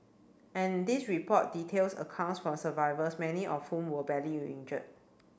and this report details accounts from survivors many of whom were badly injured